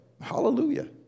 hallelujah